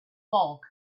bulk